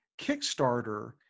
Kickstarter